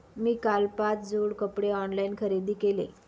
मी काल पाच जोड कपडे ऑनलाइन खरेदी केले